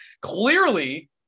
clearly